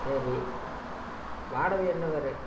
சரி வாடகை என்ன வரும்